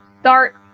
Start